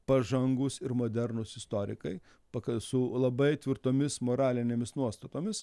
pažangūs ir modernūs istorikai paka su labai tvirtomis moralinėmis nuostatomis